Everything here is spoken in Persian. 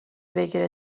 بگیره